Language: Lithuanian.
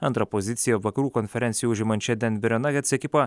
antrą poziciją vakarų konferencijoje užimančią denverio nuggets ekipą